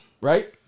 right